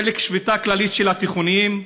חלק בשביתה כללית של התיכונים,